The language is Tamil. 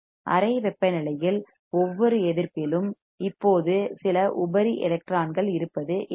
அறை வெப்பநிலையில் ஒவ்வொரு எதிர்ப்பிலும் இப்போது சில உபரி எலக்ட்ரான்கள் இருப்பது என்ன